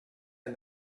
and